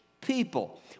people